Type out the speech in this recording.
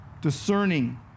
discerning